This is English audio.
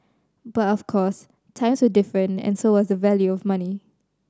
but of course times were different and so was the value of money